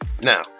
now